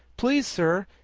please, sir,